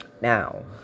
Now